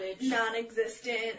non-existent